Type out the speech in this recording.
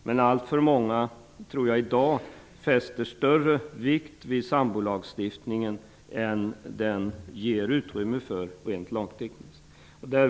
Men jag tror att alltför många i dag fäster större vikt vid sambolagstiftningen än vad den ger utrymme för rent lagtekniskt.